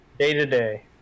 day-to-day